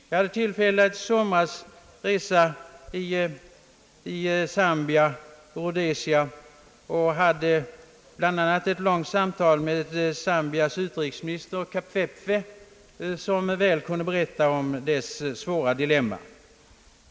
Jag hade tillfälle att i somras resa i Zambia och Rhodesia och hade därvid bl.a. ett långt samtal med Zambias utrikesminister Kapwepwe, som ingående kunde berätta om landets svåra dilemma.